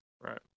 right